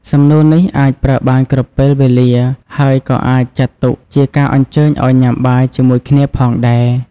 សំណួរនេះអាចប្រើបានគ្រប់ពេលវេលា ហើយក៏អាចចាត់ទុកជាការអញ្ជើញឲ្យញ៉ាំបាយជាមួយគ្នាផងដែរ។